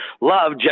love